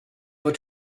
but